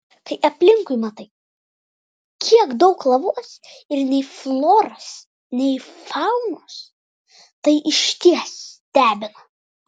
kai aplinkui matai kiek daug lavos ir nei floros nei faunos tai išties stebina